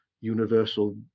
universal